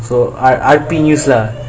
art art piece lah